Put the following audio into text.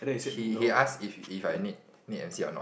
he he ask if if I need need m_c or not